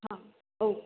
हां ओके